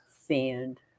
Sand